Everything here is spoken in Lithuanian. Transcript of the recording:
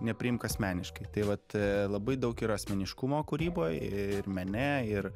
nepriimk asmeniškai tai vat labai daug yra asmeniškumo kūryboje ir mene ir